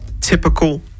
typical